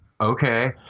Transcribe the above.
Okay